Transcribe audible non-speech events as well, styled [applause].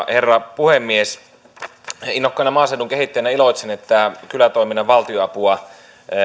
[unintelligible] herra puhemies innokkaana maaseudun kehittäjänä iloitsen että kylätoiminnan valtionapua